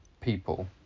people